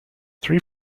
three